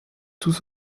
tous